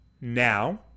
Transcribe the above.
now